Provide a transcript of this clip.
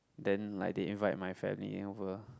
then like they invite my family over